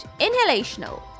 inhalational